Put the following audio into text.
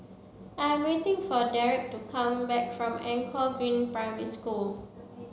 I am waiting for Derrek to come back from Anchor Green Primary School